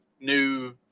new